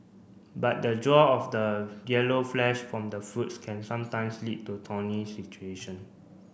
but the draw of the yellow flesh from the fruits can sometimes lead to thorny situation